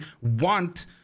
want